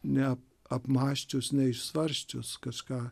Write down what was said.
ne apmąsčius ne išsvarsčius kažką